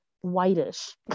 whitish